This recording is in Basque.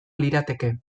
lirateke